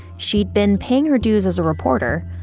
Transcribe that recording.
she'd been paying her dues as a reporter,